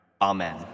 Amen